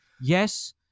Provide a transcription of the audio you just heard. yes